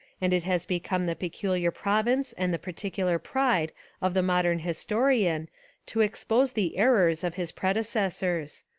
and it has become the peculiar province and the particular pride of the mod ern historian to expose the errors of his prede cessors.